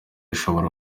ishobora